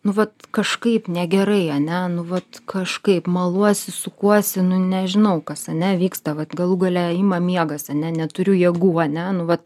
nu vat kažkaip negerai ane nu vat kažkaip maluosi sukuosi nu nežinau kas ane vyksta vat galų gale ima miegas ane neturiu jėgų ane nu vat